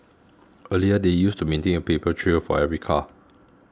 earlier they used to maintain a paper trail for every car